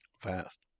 Fast